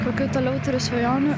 kokių toliau turiu svajonių